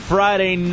Friday